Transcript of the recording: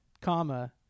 comma